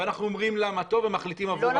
ואנחנו אומרים לה מה טוב ומחליטים עבורה.